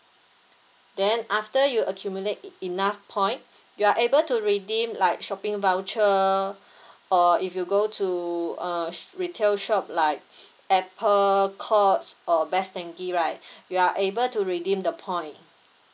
then after you accumulate e~ enough point you are able to redeem like shopping voucher or if you go to uh retail shop like Apple Courts or Best Denki right you are able to redeem the point